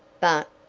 but,